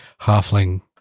halfling